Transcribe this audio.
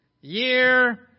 year